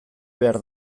behar